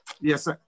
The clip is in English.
yes